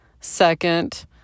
Second